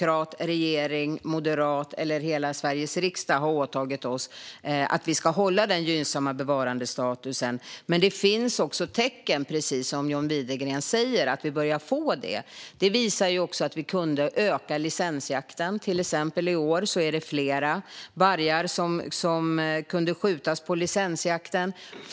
Regeringen och hela Sveriges riksdag har åtagit sig att hålla den gynnsamma bevarandestatusen. Men det finns också tecken, precis som John Widegren säger, på att vi börjar få den. Det visar också det faktum att vi kunde öka licensjakten. Till exempel i år kunde flera vargar skjutas i licensjakten.